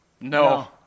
no